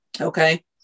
okay